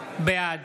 בעד